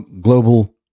global